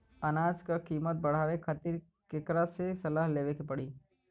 अनाज क कीमत बढ़ावे खातिर केकरा से सलाह लेवे के पड़ी?